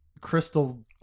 crystal